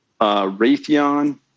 Raytheon